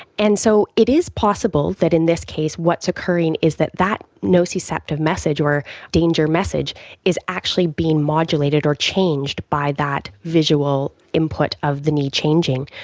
and so it is possible that in this case what is so occurring is that that nociceptive message or danger message is actually being modulated or changed by that visual input of the knee changing.